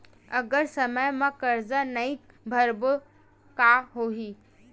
अगर समय मा कर्जा नहीं भरबों का होई?